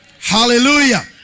Hallelujah